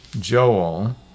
Joel